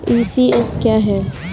ECS क्या है?